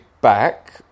back